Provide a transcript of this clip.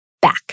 back